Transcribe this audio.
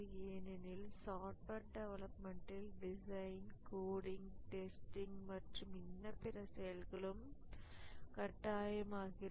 ஏனெனில் சாஃப்ட்வேர் டெவலப்மென்ட்டில் design coding testing மற்றும் இன்ன பிற செயல்களும் கட்டாயமாகிறது